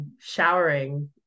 showering